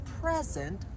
present